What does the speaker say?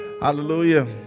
Hallelujah